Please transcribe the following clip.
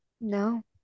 No